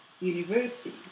University